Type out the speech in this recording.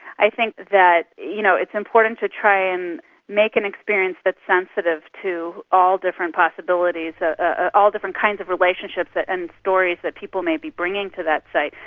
i think that you know, it's important to try and make an experience that's sensitive to all different possibilities, ah ah all different kinds of relationships and stories that people may be bringing to that site.